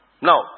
Now